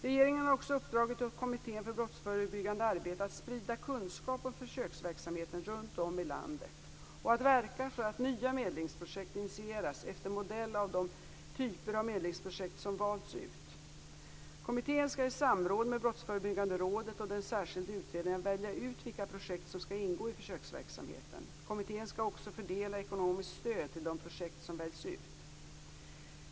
Regeringen har också uppdragit åt Kommittén för brottsförebyggande arbete att sprida kunskap om försöksverksamheten runt om i landet och att verka för att nya medlingsprojekt initieras efter modell av de typer av medlingsprojekt som valts ut. Kommittén skall i samråd med Brottsförebyggande rådet och den särskilde utredaren välja ut vilka projekt som skall ingå i försöksverksamheten. Kommittén skall också fördela ekonomiskt stöd till de projekt som väljs ut.